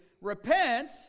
repent